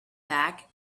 back